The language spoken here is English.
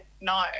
No